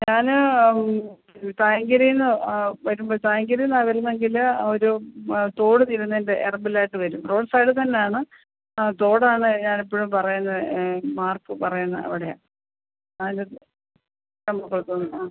ഞാൻ തായങ്കരീന്ന് വരുമ്പോൾ തായങ്കരീന്നാ വരുന്നതെങ്കിൽ ഒരു തോട് തിരിയുന്നതിൻ്റെ എറപ്പിലായിട്ട് വരും റോഡ് സൈഡ് തന്നെയാണ് ആ തോടാണ് ഞാൻ എപ്പോഴും പറയുന്ന മാർക്ക് പറയുന്നത് അവിടെയാണ് ആലോചിച്ച് നമ്പറ് കൊടുക്കും ആ